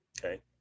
Okay